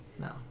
No